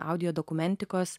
audio dokumentikos